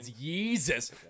Jesus